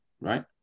right